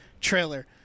trailer